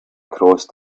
crossed